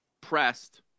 pressed